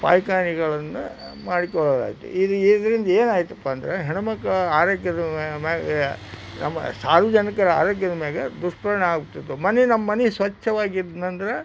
ಪಾಯ್ಕಾನಿಗಳನ್ನು ಮಾಡಿಕೊಡಲಾಯಿತು ಇದ ಇದ್ರಿಂದ ಏನಾಯಿತಪ್ಪಾ ಅಂದರೆ ಹೆಣ್ಣುಮಕ್ಳ ಆರೋಗ್ಯದ ಮ್ಯಾಲೆ ನಮ್ಮ ಸಾರ್ವಜನಿಕರ ಆರೋಗ್ಯದ ಮ್ಯಾಗೆ ದುಷ್ಪರಿಣಾಮ ಆಗ್ತಿತ್ತು ಮನೆ ನಮ್ಮ ಮನೆ ಸ್ವಚ್ಛವಾಗಿದ್ನಂದ್ರೆ